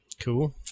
Cool